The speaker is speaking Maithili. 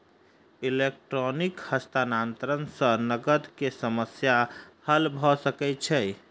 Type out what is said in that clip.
इलेक्ट्रॉनिक हस्तांतरण सॅ नकद के समस्या हल भ सकै छै